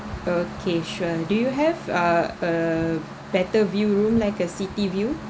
okay sure do you have ah uh better view room like a city view